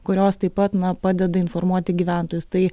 kurios taip pat na padeda informuoti gyventojus tai